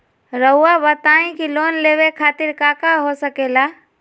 रउआ बताई की लोन लेवे खातिर काका हो सके ला?